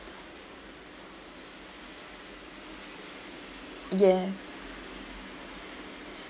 ya